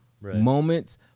moments